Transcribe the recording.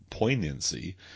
poignancy